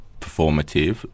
performative